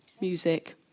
music